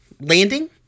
landing